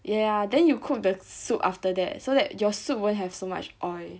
ya then you cook the soup after that so that your soup won't have so much oil